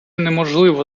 неможливо